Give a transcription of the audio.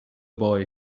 boy